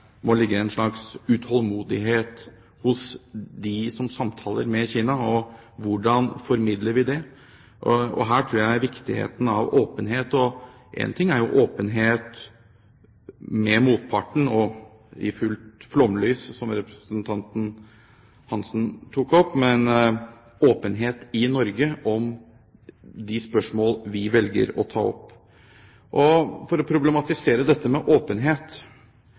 slags utålmodighet hos dem som samtaler med Kina. Hvordan formidler vi det? Her tror jeg det er viktig med åpenhet. Det er ikke bare åpenhet overfor motparten i «fullt flomlys», som representanten Svein Roald Hansen sa, men åpenhet i Norge om de spørsmål vi velger å ta opp. For å problematisere dette med åpenhet: